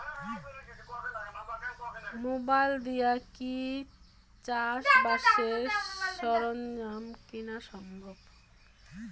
Mobile দিয়া কি চাষবাসের সরঞ্জাম কিনা সম্ভব?